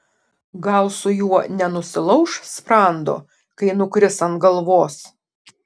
gal su juo nenusilauš sprando kai nukris ant galvos